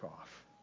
off